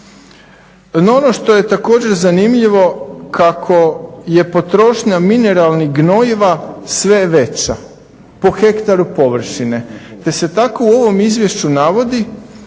ono što je također zanimljivo kako je potrošnja mineralnih gnojiva sve veća po hektaru površine te se tako u ovom izvješću navodi